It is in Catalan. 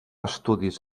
estudis